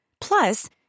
Plus